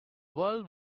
walls